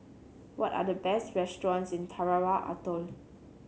what are the best restaurants in Tarawa Atoll